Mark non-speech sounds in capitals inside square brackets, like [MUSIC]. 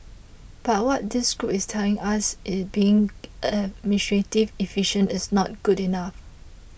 but what this group is telling us is being [NOISE] administratively efficient is not good enough